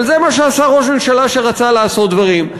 אבל זה מה שעשה ראש ממשלה שרצה לעשות דברים.